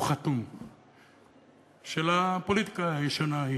של הפוליטיקה הישנה ההיא,